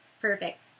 perfect